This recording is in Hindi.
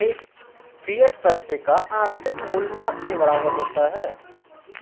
फ़िएट पैसे का आंतरिक मूल्य न के बराबर होता है